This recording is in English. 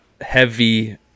heavy